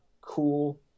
cool